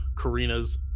Karina's